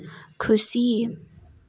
खुसी